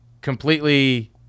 completely